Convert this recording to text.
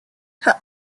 her